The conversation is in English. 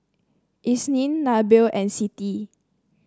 Isnin Nabil and Siti